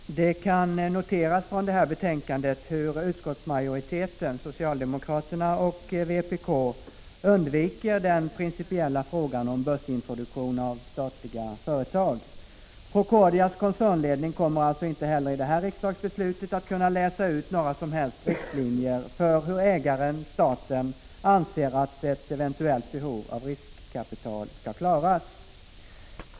Herr talman! Det kan noteras från det här betänkandet hur utskottsmajoriteten — socialdemokraterna och vpk — undviker den principiella frågan om börsintroduktion av statliga företag. Procordias koncernledning kommer alltså inte heller i det här riksdagsbeslutet att kunna läsa ut några som helst riktlinjer för hur ägaren-staten anser att ett eventuellt behov av riskkapital skall klaras.